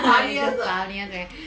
funniest [what]